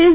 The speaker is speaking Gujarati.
એસ